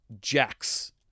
jacks